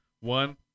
one